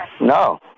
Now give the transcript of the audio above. No